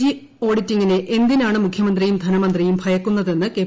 G ഓഢ്റിറ്റിട്ട്ഗിനെ എന്തിനാണ് മുഖ്യമന്ത്രിയും ധനമന്ത്രിയും ഭൂമുക്കുന്നതെന്ന് കെ